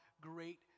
great